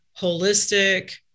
holistic